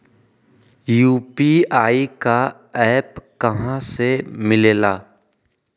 UPI का app कहा से मिलेला?